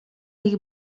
ich